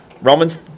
Romans